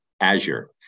Azure